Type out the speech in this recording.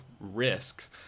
risks